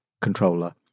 controller